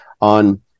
on